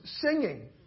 singing